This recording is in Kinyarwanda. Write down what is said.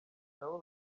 nabo